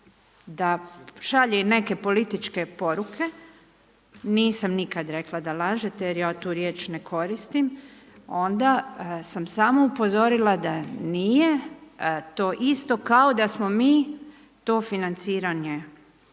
da šalje neke političke poruke, nisam nikad rekla da lažete jer ja tu riječ ne koristim, onda sam samo upozorila da nije to isto kao da smo mi to financiranje,